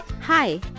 Hi